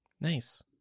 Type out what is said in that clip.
Nice